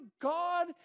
God